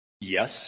Yes